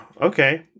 okay